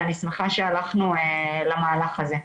ואני שמחה שהלכנו למהלך הזה.